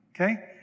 okay